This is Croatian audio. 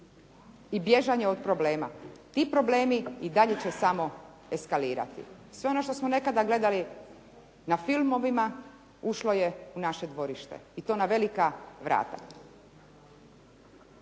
i bježanje od problema. Ti problemi i dalje će samo eskalirati. Sve ono što smo nekada gledali na filmovima, ušlo je u naše dvorište i to na velika vrata.